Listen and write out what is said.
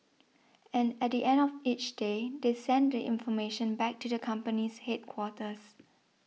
and at the end of each day they send the information back to the company's headquarters